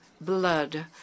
blood